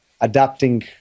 adapting